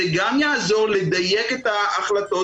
זה גם יעזור לדייק את ההחלטות.